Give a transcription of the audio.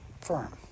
firm